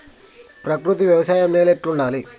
ప్రకృతి వ్యవసాయం నేల ఎట్లా ఉండాలి?